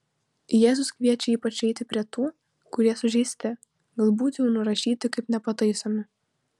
jėzus kviečia ypač eiti prie tų kurie sužeisti galbūt jau nurašyti kaip nepataisomi